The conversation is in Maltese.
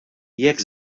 jekk